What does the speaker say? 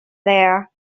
there